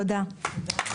תודה.